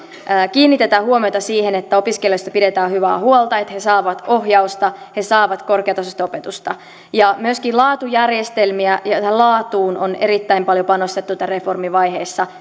kiinnitetään huomiota siihen että opiskelijoista pidetään hyvää huolta että he saavat ohjausta he saavat korkeatasoista opetusta myöskin laatujärjestelmiin ja ja laatuun on erittäin paljon panostettu tässä reformivaiheessa